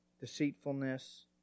deceitfulness